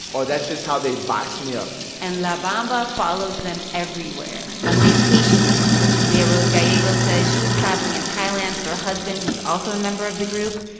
oh, that's just how they box me up and la bamba follows them everywhere on vacation, even. leah rose gallegos says she was traveling in thailand with her husband, who's also a member of the group.